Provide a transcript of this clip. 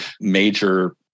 major